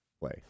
play